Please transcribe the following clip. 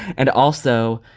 and also,